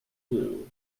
clue